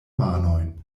manojn